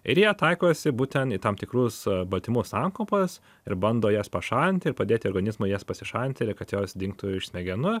ir jie taikosi būtent į tam tikrus baltymų sankaupas ir bando jas pašalinti ir padėti organizmui jas pasišalinti kad jos dingtų iš smegenų